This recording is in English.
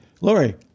Lori